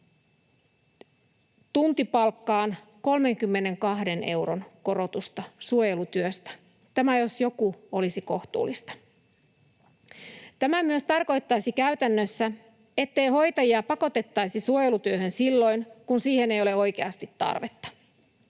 tuntipalkkaan 32 euron korotusta suojelutyössä. Tämä jos joku olisi kohtuullista. Tämä myös tarkoittaisi käytännössä, ettei hoitajia pakotettaisi suojelutyöhön silloin, kun siihen ei ole oikeasti tarvetta.